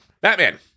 Batman